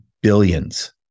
billions